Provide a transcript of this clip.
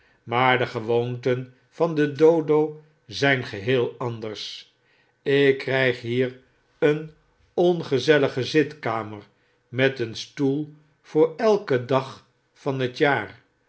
maar de gewoonten van de dodo zijn geheel anders ik kryg hier een ongezellige zitkamer met een stoel voor elken dag van het jaar